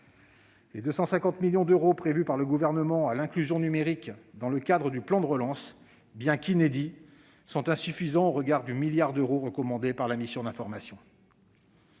Les 250 millions d'euros prévus par le Gouvernement pour l'inclusion numérique dans le cadre du plan de relance, bien qu'inédits, sont insuffisants au regard du milliard d'euros recommandé par la mission d'information.